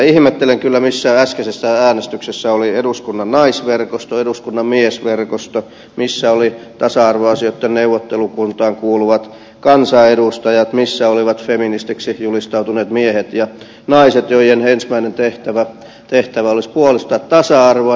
ihmettelen kyllä missä äskeisessä äänestyksessä oli eduskunnan naisverkosto eduskunnan miesverkosto missä olivat tasa arvoasioitten neuvottelukuntaan kuuluvat kansanedustajat missä olivat feministeiksi julistautuneet miehet ja naiset joiden ensimmäinen tehtävä olisi puolustaa tasa arvoa